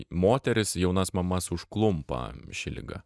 moteris jaunas mamas užklumpa ši liga